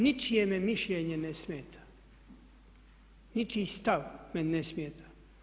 Ničije me mišljenje ne smeta, ničiji stav me ne smeta.